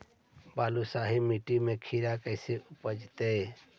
बालुसाहि मट्टी में खिरा कैसे उपजतै?